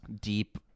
deep